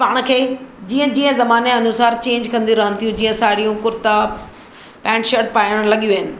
पाण खे जीअं जीअं ज़माने अनूसार चेन्ज कंदियूं रहनि थियूं जीअं साड़ियूं कुरिता पेन्ट शर्ट पाइणु लॻी विया आहिनि